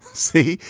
see,